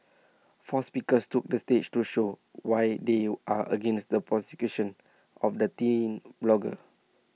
four speakers took the stage to show why they are against the persecution of the teen blogger